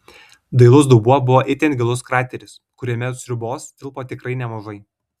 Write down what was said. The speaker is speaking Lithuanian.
dailus dubuo buvo it gilus krateris kuriame sriubos tilpo tikrai nemažai